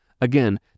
Again